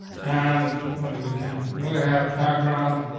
and when do we can we'll have background,